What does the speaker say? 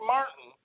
Martin